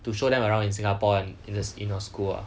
to show them around in singapore and in the in your school ah